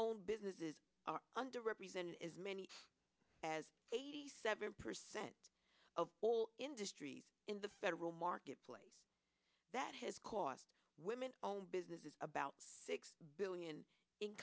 owned businesses are under represented as many as eighty seven percent of all industries in the federal marketplace that has cost women owned business is about six billion in